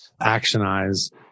actionize